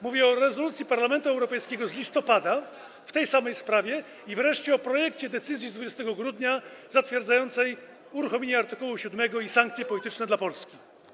Mówię o rezolucji Parlamentu Europejskiego z listopada w tej samej sprawie i wreszcie o projekcie decyzji z 20 grudnia zatwierdzającej uruchomienie art. 7 i sankcje polityczne wobec Polski.